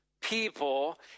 people